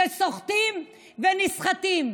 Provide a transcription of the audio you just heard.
שסוחטים ונסחטים,